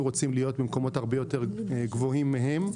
רוצים להיות במקומות הרבה יותר גבוהים מהם.